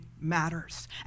matters